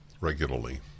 regularly